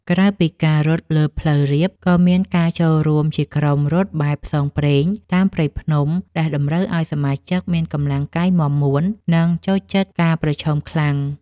ក្រៅពីការរត់លើផ្លូវរាប ក៏មានការចូលរួមជាក្រុមរត់បែបផ្សងព្រេងតាមព្រៃភ្នំ ដែលតម្រូវឱ្យសមាជិកមានកម្លាំងកាយមាំមួន និងចូលចិត្តការប្រឈមខ្លាំង។